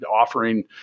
offering